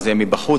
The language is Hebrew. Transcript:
זה יהיה מבחוץ,